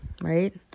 right